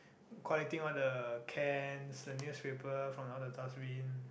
collecting all the cans the newspaper from all the dust bin